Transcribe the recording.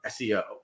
SEO